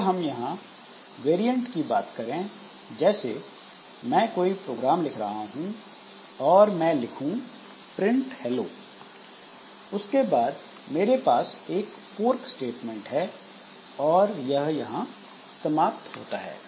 अगर हम यहां वैरीअंट की बात करें जैसे मैं कोई प्रोग्राम लिख रहा हूं और मैं लिखूं प्रिंट हेलो उसके बाद मेरे पास एक फोर्क स्टेटमेंट है और यह यहां पर समाप्त होता है